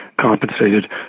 compensated